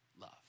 love